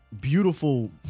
beautiful